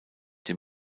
dem